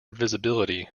visibility